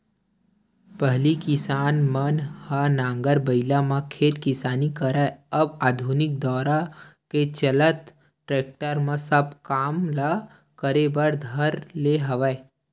पहिली किसान मन ह नांगर बइला म खेत किसानी करय अब आधुनिक दौरा के चलत टेक्टरे म सब काम ल करे बर धर ले हवय